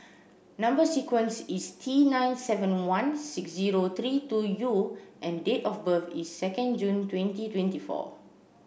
number sequence is T nine seven one six zero three two U and date of birth is second June twenty twenty four